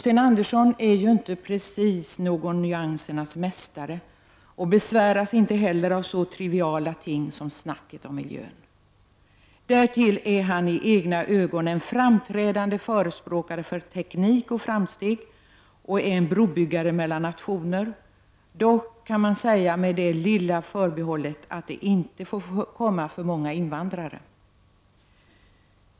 Sten Andersson är inte precis någon nyansernas mästare, och inte heller besväras han av så triviala ting som ”snacket om miljön”. Därtill är han i egna ögon en framträdande förespråkare för teknik och framsteg och en brobyggare mellan nationer — dock med det lilla förbehållet att det inte får komma hit för många invandrare.